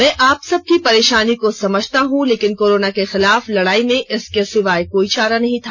मैं आप सबकी परेषानी को समझता हूं लेकिन कोरोना को खिलाफ लड़ाई में इसके सिवाय कोई चारा नहीं था